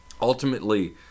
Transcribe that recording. ultimately